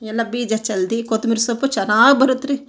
ಎಲ್ಲ ಬೀಜ ಚೆಲ್ಲಿ ಕೊತ್ತಂಬ್ರಿ ಸೊಪ್ಪು ಚೆನ್ನಾಗ್ ಬರುತ್ತೆ ರೀ